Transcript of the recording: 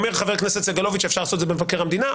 אומר חבר הכנסת סגלוביץ' שאפשר לעשות את זה במבקר המדינה,